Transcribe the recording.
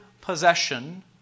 possession